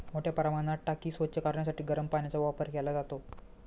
मोठ्या प्रमाणात टाकी स्वच्छ करण्यासाठी गरम पाण्याचा वापर केला जातो